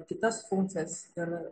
kitas funkcijas ir